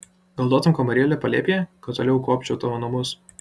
gal duotum kambarėlį palėpėje kad toliau kuopčiau tavo namus